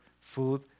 food